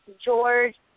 George